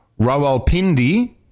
Rawalpindi